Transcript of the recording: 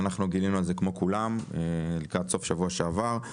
אנחנו גילינו על זה כמו כולם לקראת סוף שבוע שעבר.